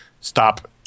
stop